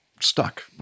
stuck